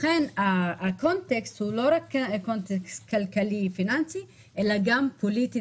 לכן הקונטקסט הוא לא רק כלכלי פיננסי אלא גם פוליטי,